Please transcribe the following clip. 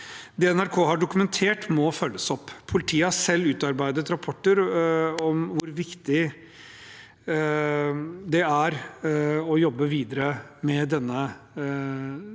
Det NRK har dokumentert, må følges opp. Politiet har selv utarbeidet rapporter om hvor viktig det er å jobbe videre med dette